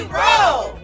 roll